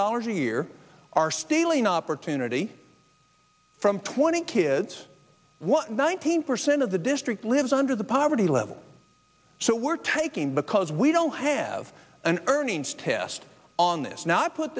dollars a year are stealing opportunity from twenty kids nineteen percent of the district lives under the poverty level so we're taking because we don't have an earnings test on this now i put